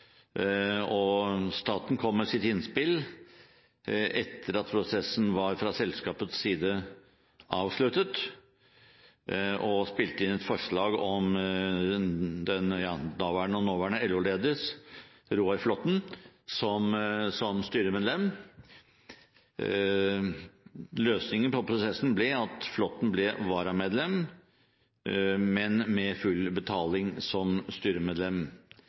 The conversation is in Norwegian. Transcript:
valg. Staten kom med sitt innspill etter at prosessen fra selskapets side var avsluttet, og spilte inn et forslag om daværende og nåværende LO-leder, Roar Flåthen, som styremedlem. Løsningen på prosessen ble at Flåthen ble varamedlem, men med full betaling som styremedlem